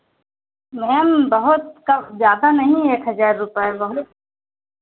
ma'am बहुत क ज़्यादा नहीं है एक हज़ार रुपये बहुत